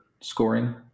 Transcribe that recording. scoring